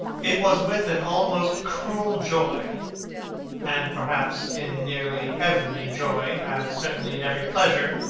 it was with an almost cruel joy and perhaps in nearly every joy, as certainly in every pleasure,